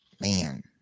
Man